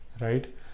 right